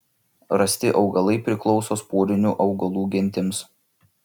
rasti augalai priklauso sporinių augalų gentims